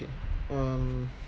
um